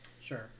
sure